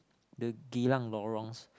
the Geylang-lorongs